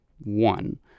one